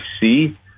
see